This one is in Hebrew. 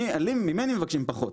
ממני מבקשים פחות'.